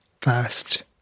first